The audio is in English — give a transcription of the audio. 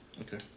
Okay